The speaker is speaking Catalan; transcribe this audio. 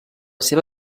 seva